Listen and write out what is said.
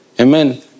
amen